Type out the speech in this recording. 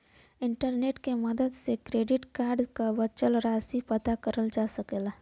internet के मदद से क्रेडिट कार्ड क बचल राशि पता करल जा सकला